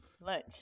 Lunch